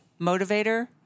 motivator